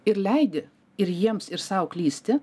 ir leidi ir jiems ir sau klysti